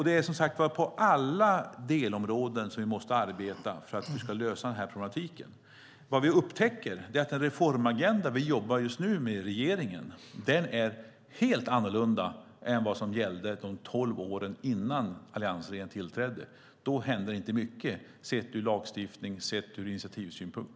Det är som sagt på alla delområden som vi måste arbeta för att lösa den här problematiken. Vad vi upptäcker är att den reformagenda som vi i regeringen jobbar med just nu är helt annorlunda än den som gällde de tolv åren innan alliansregeringen tillträdde. Då hände det inte mycket sett ur lagstiftnings och initiativsynpunkt.